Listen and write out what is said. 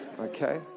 okay